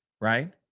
right